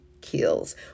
kills